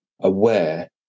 aware